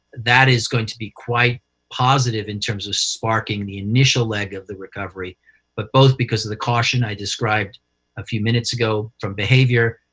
that is going to be quite positive in terms of sparking the initial leg of the recovery but both because of the caution i described a few minutes ago from behavior,